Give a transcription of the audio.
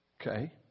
Okay